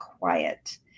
quiet